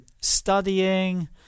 studying